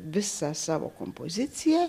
visą savo kompoziciją